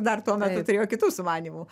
dar tuo metu turėjo kitų sumanymų